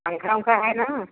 पंखा उंखा है ना